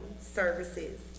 services